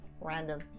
random